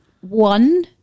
one